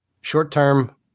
short-term